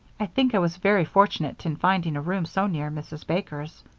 i think i was very fortunate in finding a room so near mrs. baker's.